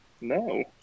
No